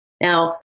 Now